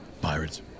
pirates